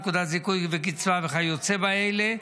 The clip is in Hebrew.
נקודות זיכוי וקצבה וכיוצא באלה,